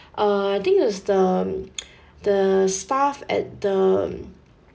uh I think it is the the staff at the